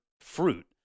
fruit